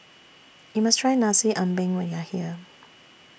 YOU must Try Nasi Ambeng when YOU Are here